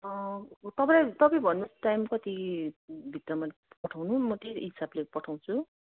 तपाईँलाई तपाईँ भन्नुहोस् टाइम कतिभित्रमा पठाउनु म त्यही हिसाबले पठाउँछु